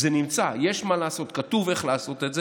זה נמצא, יש מה לעשות, כתוב איך לעשות את זה,